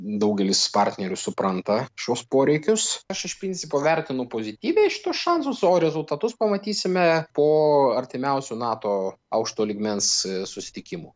daugelis partnerių supranta šiuos poreikius aš iš principo vertinu pozityviai iš tų šansų savo rezultatus pamatysime po artimiausio nato aukšto lygmens susitikimų